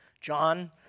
John